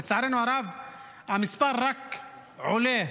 לצערנו הרב המספר רק עולה.